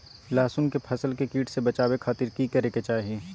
लहसुन के फसल के कीट से बचावे खातिर की करे के चाही?